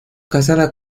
casada